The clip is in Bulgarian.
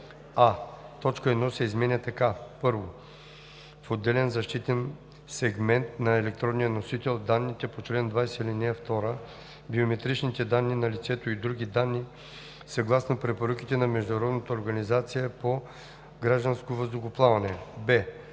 а) точка 1 се изменя така: „1. в отделен защитен сегмент на електронния носител – данните по чл. 20, ал. 2, биометричните данни на лицето и други данни съгласно препоръките на Международната организация по гражданско въздухоплаване